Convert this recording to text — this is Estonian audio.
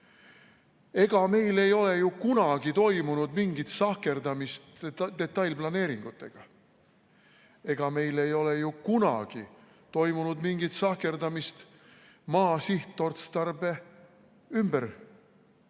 Ega meil ei ole ju kunagi toimunud mingit sahkerdamist detailplaneeringutega. Ega meil ei ole ju kunagi toimunud mingit sahkerdamist maa sihtotstarbe